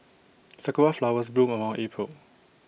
Sakura Flowers bloom around April